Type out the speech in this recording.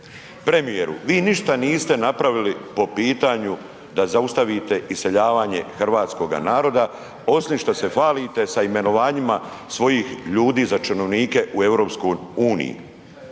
Premijeru, vi ništa niste napravili po pitanju da zaustavite iseljavanje hrvatskoga naroda osim što se hvalite sa imenovanjima svojih ljudi za činovnike u EU.